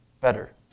better